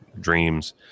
dreams